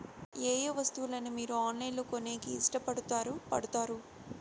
ఏయే వస్తువులను మీరు ఆన్లైన్ లో కొనేకి ఇష్టపడుతారు పడుతారు?